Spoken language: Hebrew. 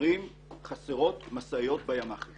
שחסרות משאיות בימ"חים